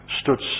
stood